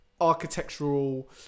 architectural